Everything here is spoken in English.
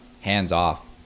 hands-off